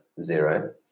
zero